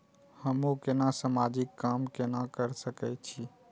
हमू केना समाजिक काम केना कर सके छी?